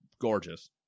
gorgeous